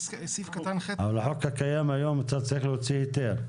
סעיף קטן ח' --- אבל בחוק הקיים היום אתה צריך להוציא היתר.